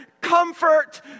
comfort